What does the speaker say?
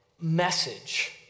message